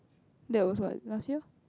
that was what last year